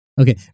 Okay